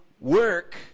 work